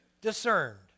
discerned